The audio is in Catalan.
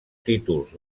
títols